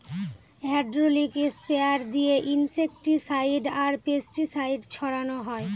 hydraulic sprayer দিয়ে insecticide আর pesticide ছড়ানো হয়